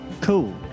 Cool